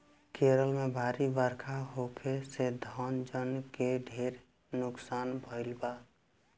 केरल में भारी बरखा होखे से धन जन के ढेर नुकसान भईल बा